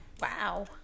Wow